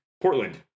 portland